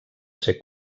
ser